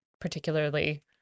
particularly